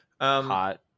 Hot